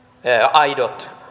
aidot